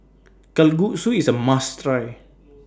Kalguksu IS A must Try